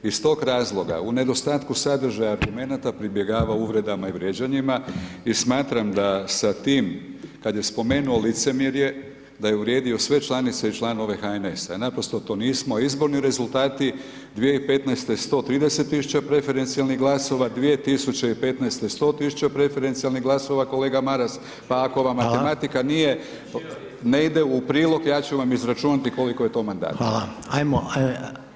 Iz tog razloga u nedostatku sadržaja, ... pribjegava uvredama i vrijeđanjima i smatram da sa tim kad je spomenuo licemjerje, da je uvrijedio sve članice i članove HNS-a i naprosto to nismo, izborni rezultati 2015. 130 000 preferencijalnih glasova, 2015. 100 000 preferencijalnih glasova, kolega Maras, pa ako vama matematika ne ide u prilog, ja ću vam izračunati koliko je to mandata.